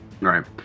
right